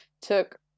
took